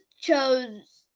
chose